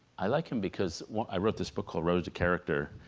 i like him because well i wrote this book called rose a character